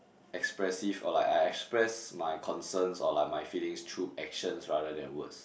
expressive or like I express my concerns or like my feelings through actions rather than words